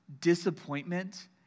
disappointment